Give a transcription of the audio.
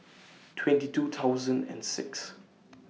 twenty two thousand and six